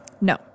No